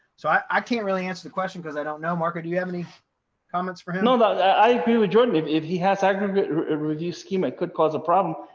so i i can't really answer the question, because i don't know. marco, do you have any comments for him? no. like yeah i agree with jordan. if if he has aggregate review schema, it could cause a problem.